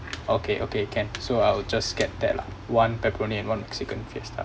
okay okay can so I will just get that lah one pepperoni and one mexican fiesta